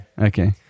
Okay